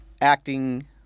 acting